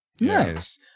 Nice